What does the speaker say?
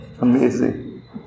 Amazing